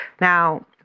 Now